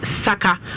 Saka